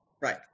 Right